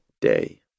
day